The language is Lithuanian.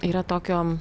yra tokio